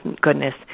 goodness